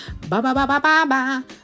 Ba-ba-ba-ba-ba-ba